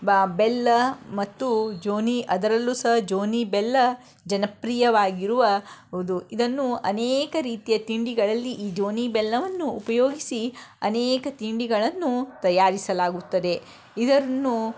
ಬ ಬೆಲ್ಲ ಮತ್ತು ಜೋನಿ ಅದರಲ್ಲೂ ಸಹ ಜೋನಿ ಬೆಲ್ಲ ಜನಪ್ರಿಯವಾಗಿರುವುದು ಇದನ್ನು ಅನೇಕ ರೀತಿಯ ತಿಂಡಿಗಳಲ್ಲಿ ಈ ಜೋನಿ ಬೆಲ್ಲವನ್ನು ಉಪಯೋಗಿಸಿ ಅನೇಕ ತಿಂಡಿಗಳನ್ನು ತಯಾರಿಸಲಾಗುತ್ತದೆ ಇದನ್ನು